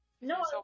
No